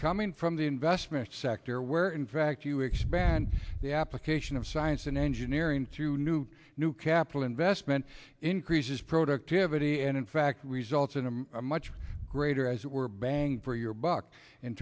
coming from the investment sector where in fact you expand the application of science and engineering to new new capital investment increases productivity and in fact results in a much greater as it were bang for your buck in